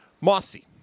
Mossy